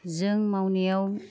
जों मावनायाव